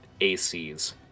acs